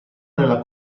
nella